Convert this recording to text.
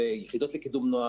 אם זה יחידות לקידום נוער,